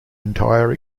entire